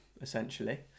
essentially